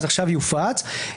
עכשיו יופץ.